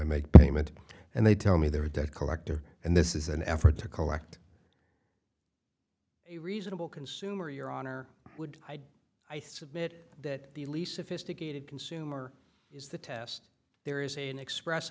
i make payment and they tell me they're a debt collector and this is an effort to collect reasonable consumer your honor would i submit that the lease sophisticated consumer is the test there is a an express